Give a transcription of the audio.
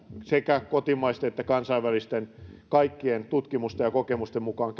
sekä kotimaisten että kansainvälisten tutkimusten ja kokemusten mukaan